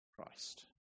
Christ